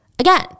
Again